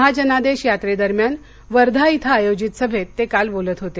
महाजनादेश यात्रे दरम्यान वर्धा इथं आयोजित सभेत ते काल बोलत होते